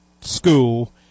school